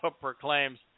proclaims